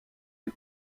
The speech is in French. des